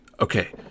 okay